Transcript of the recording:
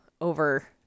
over